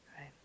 right